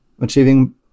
achieving